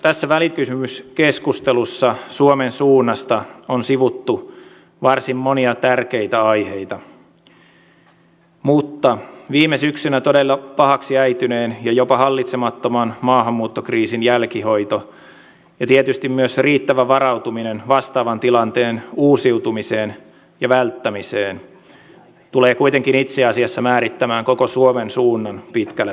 tässä välikysymyskeskustelussa suomen suunnasta on sivuttu varsin monia tärkeitä aiheita mutta viime syksynä todella pahaksi äityneen ja jopa hallitsemattoman maahanmuuttokriisin jälkihoito ja tietysti myös se riittävä varautuminen vastaavan tilanteen uusiutumiseen ja välttämiseen tulee kuitenkin itse asiassa määrittämään koko suomen suunnan pitkällä tähtäimellä